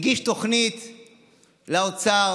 הגיש תוכנית לאוצר,